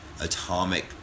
atomic